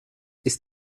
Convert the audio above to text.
ist